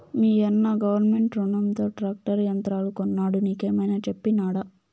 మీయన్న గవర్నమెంట్ రునంతో ట్రాక్టర్ యంత్రాలు కొన్నాడు నీకేమైనా చెప్పినాడా